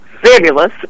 fabulous